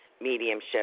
mediumship